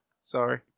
Sorry